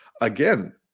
again